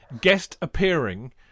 guest-appearing